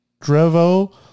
Drevo